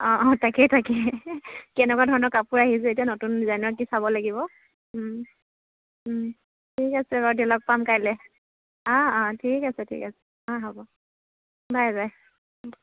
অঁ অঁ তাকে তাকে কেনেকুৱা ধৰণৰ কাপোৰ আহিছে এতিয়া নতুন ডিজাইনৰ চাব লাগিব উম উম ঠিক আছে বাৰু দিয়া লগ পাম কাইলে অঁ অঁ ঠিক আছে ঠিক আছে অঁ হ'ব বাই বাই